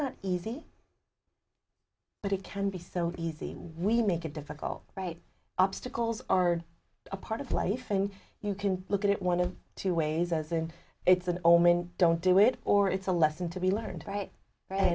not easy but it can be so easy we make it difficult right obstacles are a part of life and you can look at it one of two ways as in it's an omen don't do it or it's a lesson to be learned right